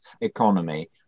economy